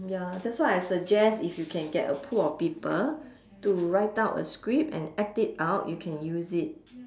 ya that's why I suggest if you can get a pool of people to write out a script and act it out you can use it